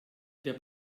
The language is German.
der